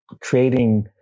creating